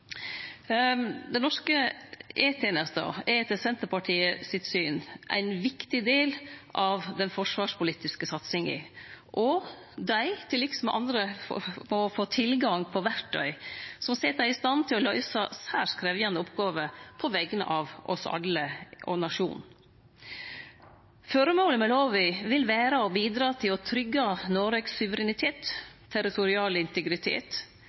norske E-tenesta er etter Senterpartiet sitt syn ein viktig del av den forsvarspolitiske satsinga, og dei, til liks med andre, må få tilgang på verktøy som set dei stand til å løyse særs krevjande oppgåver på vegner av oss alle og nasjonen. Føremålet med lova vil vere å bidra til å tryggje Noregs suverenitet, territoriale integritet,